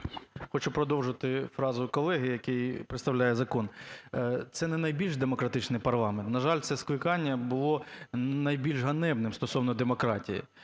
Хочу продовжити фразу колеги, який представляє закон. Це не найбільш демократичний парламент, на жаль, це скликання було найбільш ганебним стосовно демократії.